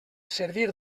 servir